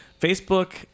Facebook